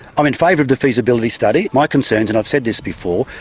i'm in favour of the feasibility study. my concerns, and i've said this before,